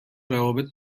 روابط